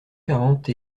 quarante